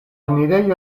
enirejo